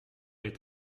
est